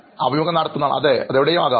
അഭിമുഖം നടത്തുന്നയാൾ അതെ അത് എവിടെയും ആകാം